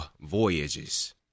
voyages